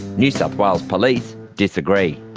new south wales police disagree.